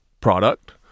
product